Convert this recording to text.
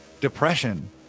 depression